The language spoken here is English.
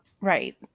right